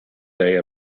day